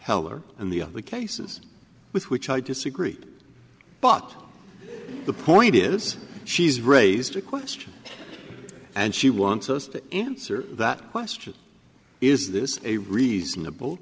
heller and the other cases with which i disagree but the point is she's raised a question and she wants us to answer that question is this a reasonable